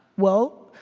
well,